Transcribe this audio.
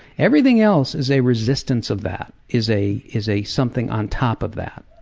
everything else is a resistance of that. is a is a something on top of that,